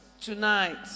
Tonight